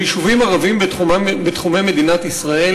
ביישובים ערביים בתחומי מדינת ישראל.